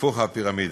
היפוך הפירמידה.